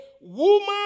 woman